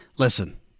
Listen